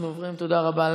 תודה רבה.